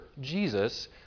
Jesus